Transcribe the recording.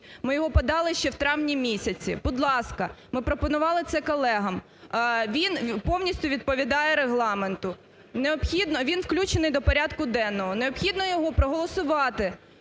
ми його подали ще в травні місяці. Будь ласка, ми пропонували це колегам, він повністю відповідає Регламенту, необхідно… Він включений до порядку денного, необхідно його проголосувати